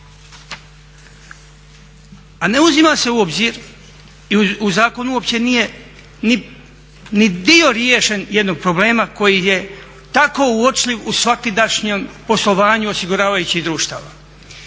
A ne uzima se u obzir, i u zakonu uopće nije ni dio riješen jednog problema koji je tako uočljiv u svakidašnjem poslovanju osiguravajućih društava.